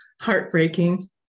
heartbreaking